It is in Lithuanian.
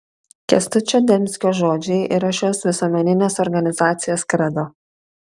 kęstučio demskio žodžiai yra šios visuomeninės organizacijos kredo